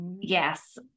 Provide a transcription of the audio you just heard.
Yes